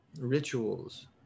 rituals